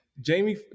Jamie